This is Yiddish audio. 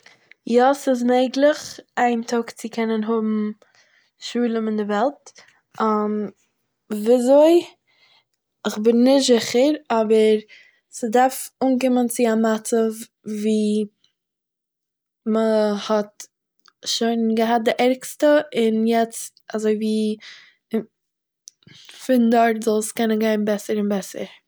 יא, ס'איז מעגלעך איין טאג צו האבן שלום אין די וועלט, וויאזוי? איך בין נישט זיכער, אבער ס'דארף אנקומען צו א מצב וואו מ'האט שוין געהאט די ערגסטע און יעצט אזויווי פון דארט זאל עס קענען גיין בעסער און בעסער